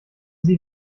sie